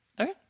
Okay